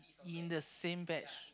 in the same batch